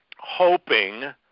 Hoping